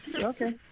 Okay